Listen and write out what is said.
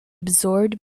absorbed